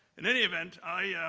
in any event, i